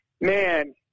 Man